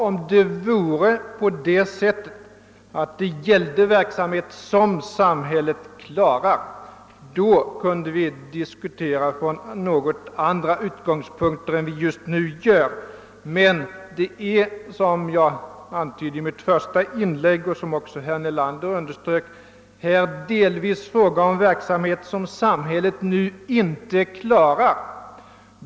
Om det verkligen gällde verksamhet som samhället klarar, då kunde vi diskutera från något andra utgångspunkter än vi just nu gör. Det är emellertid — som jag antydde i mitt första inlägg och som också herr Nelander underströk — här delvis fråga om verksamhet som samhället inte klarar.